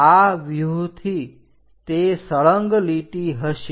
તો આ વ્યૂહથી તે સળંગ લીટી હશે